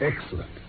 Excellent